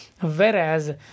whereas